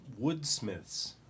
woodsmiths